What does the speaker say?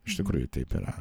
iš tikrųjų taip yra